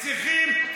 מה אתה מקים שדולה?